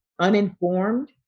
uninformed